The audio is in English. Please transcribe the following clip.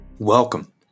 Welcome